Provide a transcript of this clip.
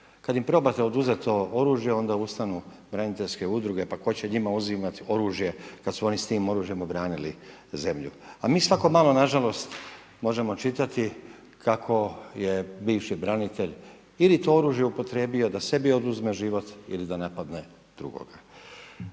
Kad im probate oduzeti to oružje onda ustanu braniteljske udruge, pa tko će njima uzimati oružje kad su oni s tim oružjem obranili zemlju. A mi svako malo na žalost možemo čitati kako je bivši branitelj ili to oružje upotrijebio da sebi oduzme život ili da napadne drugoga.